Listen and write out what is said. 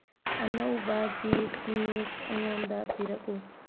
ꯑꯅꯧꯕ ꯇꯤꯁ ꯅ꯭ꯌꯨꯁ ꯑꯩꯉꯣꯟꯗ ꯄꯤꯔꯛꯎ